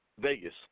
Vegas